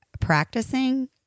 Practicing